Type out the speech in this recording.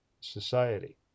society